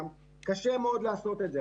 קשה מאוד לעשות את זה.